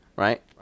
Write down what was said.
Right